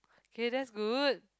okay that's good